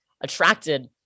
attracted